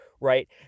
right